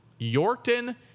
yorkton